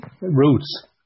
roots